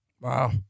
Wow